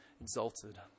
exalted